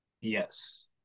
Yes